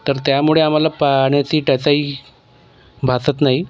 तर त्यामुळे आम्हाला पाण्याची टंचाई भासत नाही